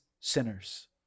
sinners